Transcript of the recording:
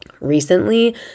recently